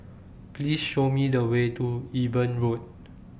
Please Show Me The Way to Eben Road